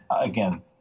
Again